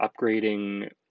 upgrading